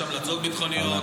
יש המלצות ביטחוניות,